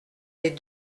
des